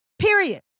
period